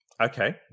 Okay